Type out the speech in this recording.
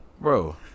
Bro